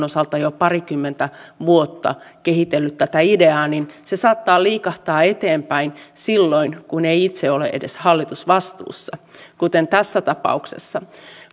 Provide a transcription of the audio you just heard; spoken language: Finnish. osalta jo parikymmentä vuotta kehitelleet tätä ideaa saattavat liikahtaa eteenpäin silloin kun ei itse ole edes hallitusvastuussa kuten tässä tapauksessa